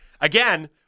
Again